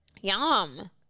Yum